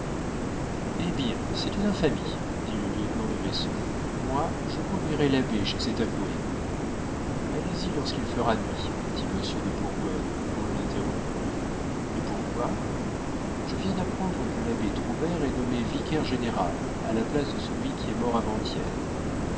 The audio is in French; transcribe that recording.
hé bien c'est une infamie dit le lieutenant de vaisseau moi je conduirai l'abbé chez cet avoué allez-y lorsqu'il fera nuit dit monsieur de bourbonne en l'interrompant et pourquoi je viens d'apprendre que l'abbé troubert est nommé vicaire-général à la place de celui qui est mort avant-hier